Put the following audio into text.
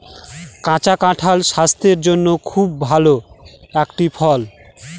কাঁচা কাঁঠাল স্বাস্থের জন্যে খুব ভালো একটি ফল